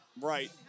Right